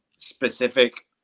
specific